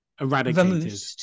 eradicated